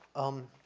um,